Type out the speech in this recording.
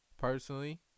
Personally